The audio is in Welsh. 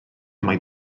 mae